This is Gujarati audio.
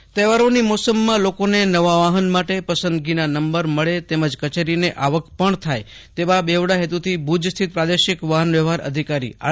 પસંદગીના નંબર તહેવારોની મોસમમાં લોકોને નવા વાહન માટે પસંદગીના નંબર મળે તેમજ કચેરુને આવક પણ થાય તેવા બેવડા હેતુથી ભુજ સ્થિત પ્રાદેશિક વાહનવ્યવહાર અધિકારી આર